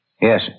Yes